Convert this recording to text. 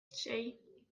sei